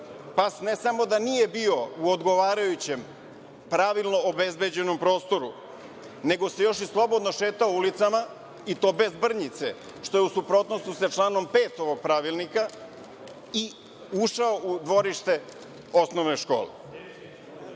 pas ne samo da nije bio u odgovarajućem pravilno obezbeđenom prostoru, nego se još i slobodno šetao ulicama i to bez brnjice, što je u suprotnosti sa članom 5. ovog pravilnika i ušao u dvorište osnovne